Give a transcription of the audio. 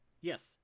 Yes